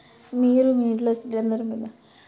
మీరు మీ ఇంట్లో డిన్నర్